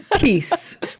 Peace